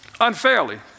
unfairly